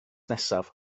nesaf